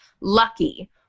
Lucky